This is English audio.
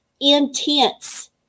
intense